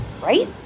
right